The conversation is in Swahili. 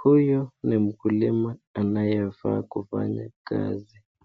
huyu ni mkulima anayefaa kufanya kazi.